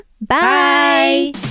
Bye